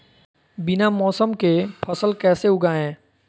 बिना मौसम के फसल कैसे उगाएं?